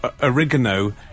oregano